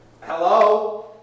hello